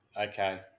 Okay